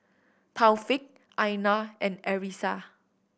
Taufik Aina and Arissa